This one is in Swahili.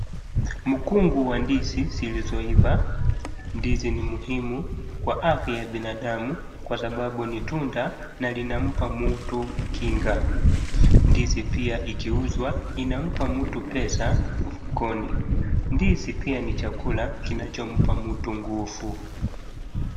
Mkungu wa ndizi zilizoiva, ndizi ni muhimu kwenye afya ya binadamu kwa sababu ni tunda na linampa mtu kinga. Ndizi pia ikiuzwa inampa mtu pesa mfukoni. Ndizi pia ni chakula kinachompa mtu nguvu.